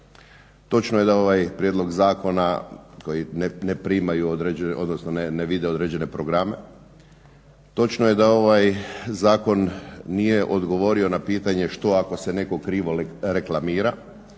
Točno je da ovaj prijedlog zakona koji ne primaju, odnosno ne vide određene programe. Točno je da ovaj zakon nije odgovorio na pitanje što ako se netko krivo reklamira.